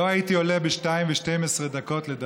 לא הייתי עולה ב-02:12 לדבר,